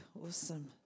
Awesome